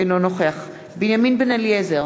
אינו נוכח בנימין בן-אליעזר,